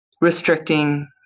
restricting